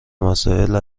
مسائل